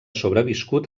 sobreviscut